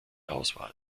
auswahl